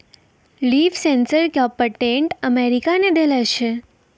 Leaf sensor क patent America ने देलें छै?